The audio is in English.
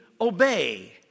obey